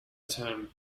term